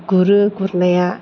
गुरो गुरनाया